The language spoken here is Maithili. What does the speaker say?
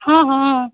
हँ हँ